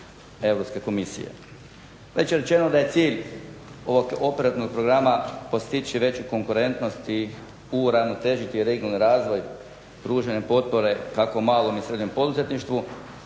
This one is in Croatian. Europske komisije. Već je rečeno da je cilj ovo operativnog programa postići veću konkurentnost i uravnotežiti regionalni razvoj pružanjem potpore kako malom i srednjem poduzetništvu